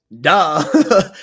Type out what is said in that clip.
duh